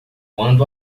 quando